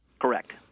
Correct